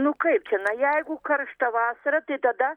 nu kaip čia na jeigu karšta vasara tai tada